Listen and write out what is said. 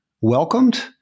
welcomed